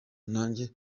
nanjye